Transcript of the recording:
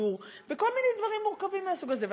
השידור וכל מיני דברים מורכבים מהסוג הזה,